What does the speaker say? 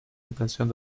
intención